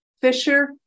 Fisher